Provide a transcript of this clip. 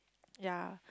yea